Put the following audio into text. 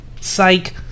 psych